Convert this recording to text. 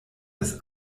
des